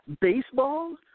Baseball